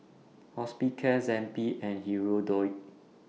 Hospicare Zappy and Hirudoid